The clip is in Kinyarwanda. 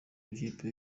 w’ikipe